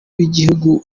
w’igihugu